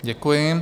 Děkuji.